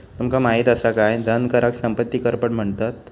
तुमका माहित असा काय धन कराक संपत्ती कर पण म्हणतत?